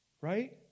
Right